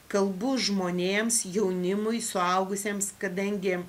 kalbu žmonėms jaunimui suaugusiems kadangi